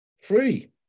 free